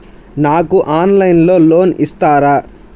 నాకు ఆన్లైన్లో లోన్ ఇస్తారా?